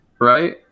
Right